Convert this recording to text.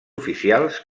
oficials